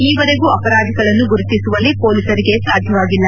ಈವರೆಗೂ ಅಪರಾಧಿಗಳನ್ನು ಗುರುತಿಸುವಲ್ಲಿ ಪೊಲೀಸರಿಗೆ ಸಾಧ್ಯವಾಗಿಲ್ಲ